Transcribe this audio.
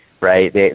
right